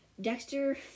Dexter